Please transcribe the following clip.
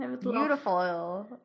Beautiful